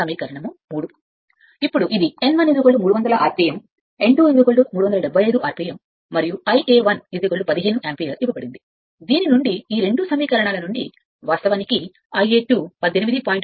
ఇప్పుడు ఇది n1 300 RPM n2 375 RPM మరియు ∅ 1 15 యాంపియర్ ఇవ్వబడింది దీని నుండి ఈ రెండు సమీకరణాల నుండి ఈ రెండుసమీకరణాల నుండి వాస్తవానికి ∅2 18